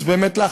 אז באמת לך,